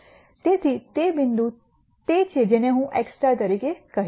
તેથી તે બિંદુ તે છે જેને હું x તરીકે કહીશ